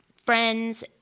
Friends